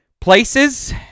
Places